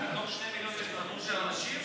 מתוך 2 מיליון, של אנשים?